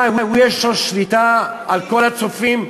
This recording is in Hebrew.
מה, יש לו שליטה על כל הצופים?